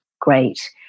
great